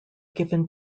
given